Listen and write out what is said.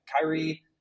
Kyrie